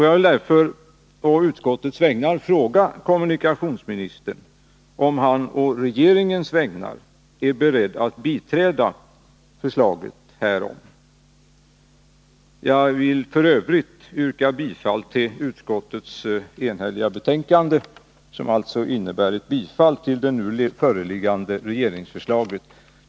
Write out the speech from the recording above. Jag vill på utskottets vägnar fråga kommunikationsministern om han på regeringens vägnar är beredd att biträda det förslaget. F. ö. vill jag yrka bifall till utskottets eniga hemställan, som innebär ett bifall till det nu föreliggande regeringsförslaget.